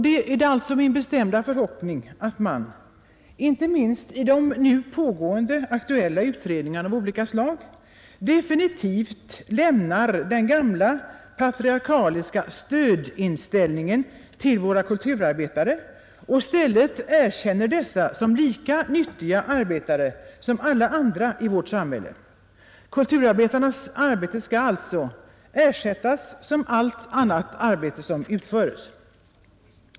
Det är alltså min bestämda uppfattning att man, inte minst i de nu pågående aktuella utredningarna av olika slag, definitivt måste lämna den gamla patriarkaliska inställningen att man ger stöd till våra kulturarbetare och i stället erkänner dessa som lika nyttiga arbetare som alla andra i vårt samhälle. Kulturarbetarnas arbete skall alltså ersättas som allt annat arbete som utföres.